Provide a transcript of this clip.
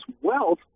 wealth